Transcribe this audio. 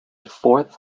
fourth